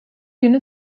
günü